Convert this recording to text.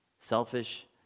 Selfish